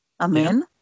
Amen